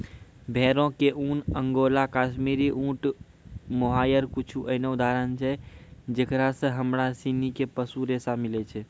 भेड़ो के ऊन, अंगोला, काश्मीरी, ऊंट, मोहायर कुछु एहनो उदाहरण छै जेकरा से हमरा सिनी के पशु रेशा मिलै छै